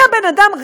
היא הבן-אדם,